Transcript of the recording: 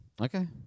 Okay